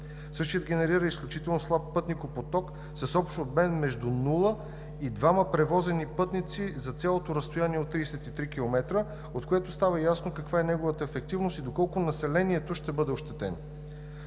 Същият генерира изключително слаб пътникопоток с общ обем между нула и двама превозени пътници за цялото разстояние от 33 км, от което става ясно каква е неговата ефективност и доколко населението ще бъде ощетено.